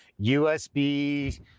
USB